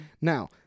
Now